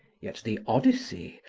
yet the odyssey,